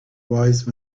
wise